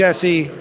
jesse